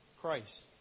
Christ